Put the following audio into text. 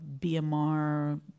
BMR